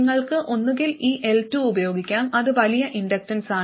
നിങ്ങൾക്ക് ഒന്നുകിൽ ഈ L2 ഉപയോഗിക്കാം അത് വലിയ ഇൻഡക്റ്റൻസാണ്